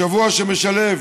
השבוע שמשלב